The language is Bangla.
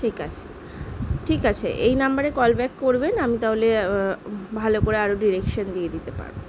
ঠিক আছে ঠিক আছে এই নাম্বারে কল ব্যাক করবেন আমি তাহলে ভালো করে আরো ডিরেকশান দিয়ে দিতে পারবো